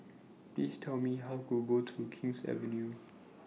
Please Tell Me How to get to King's Avenue